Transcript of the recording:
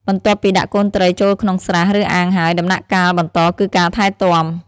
បន្ទាប់ពីដាក់កូនត្រីចូលក្នុងស្រះ ឬអាងហើយ ដំណាក់កាលបន្តគឺការថែទាំ។